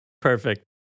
Perfect